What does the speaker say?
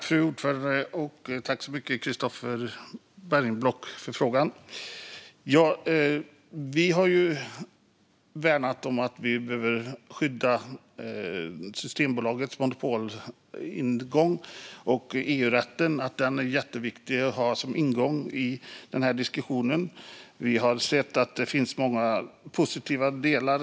Fru ordförande! Tack, Christofer Bergenblock, för frågan! Vi har värnat Systembolagets monopol, och EU-rätten är en viktig ingång i diskussionen. Vi har sett många positiva delar.